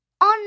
on